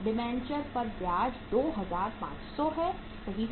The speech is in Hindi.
डिबेंचर पर ब्याज 2500 है सही है